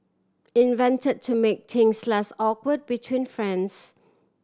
invent to make things less awkward between friends